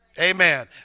Amen